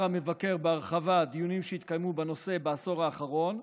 המבקר בהרחבה דיונים שהתקיימו בנושא בעשור האחרון,